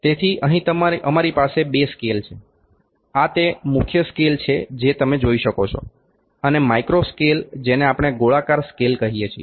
તેથી અહીં અમારી પાસે બે સ્કેલ છે આ તે મુખ્ય સ્કેલ છે જે તમે જોઈ શકો છો અને માઇક્રો સ્કેલ જેને આપણે ગોળાકાર સ્કેલ કહીએ છીએ